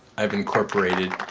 i've incorporated